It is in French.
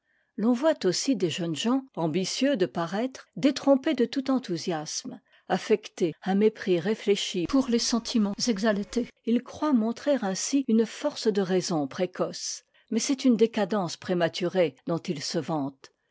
l'on voit aussi des jeunes gens ambitieux de paraître détrompés de tout enthousiasme affecter un mépris réfléchi pour les sentiments exaltés ils croient montrer ainsi une force de raison précoce mais c'est une décadence prématurée dont ils se vantent